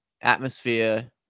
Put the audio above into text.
atmosphere